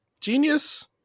genius